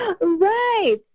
Right